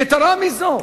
יתירה מזאת,